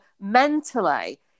mentally